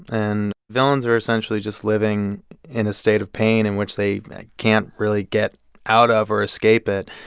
and villains are essentially just living in a state of pain in which they can't really get out of or escape it.